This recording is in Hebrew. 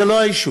זה לא ה-issue.